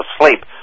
asleep